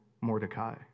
Mordecai